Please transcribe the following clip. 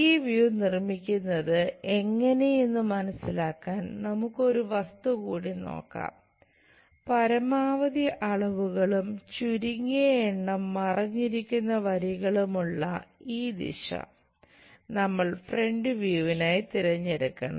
ഈ വ്യൂ തിരഞ്ഞെടുക്കണം